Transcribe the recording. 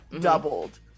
doubled